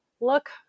look